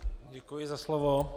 Děkuji za slovo.